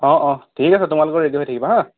অঁ অঁ ঠিক আছে তোমালোকো ৰেডি হৈ থাকিবা হাঁ